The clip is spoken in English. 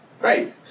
great